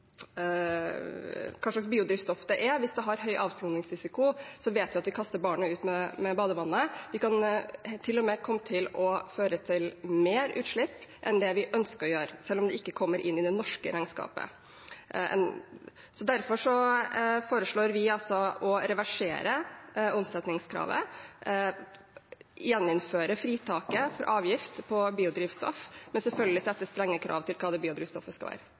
biodrivstoff det er – hvis det har høy avskogingsrisiko, vet vi at vi kaster barnet ut med barnevannet – kan til og med føre til mer utslipp enn det vi ønsker, selv om det ikke kommer inn i det norske regnskapet. Derfor foreslår vi å reversere omsetningskravet og gjeninnføre fritaket for avgift på biodrivstoff, men selvfølgelig sette strenge krav til hva det biodrivstoffet skal være.